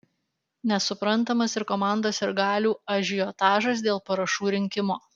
nesuprantamas ir komandos sirgalių ažiotažas dėl parašų rinkimo